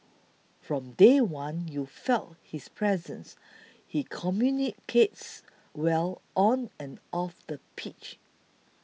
from day one you felt his presence he communicates well on and off the pitch